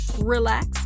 relax